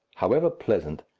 however pleasant,